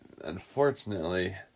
unfortunately